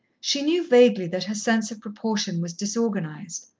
she knew vaguely that her sense of proportion was disorganized.